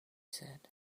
said